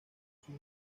sus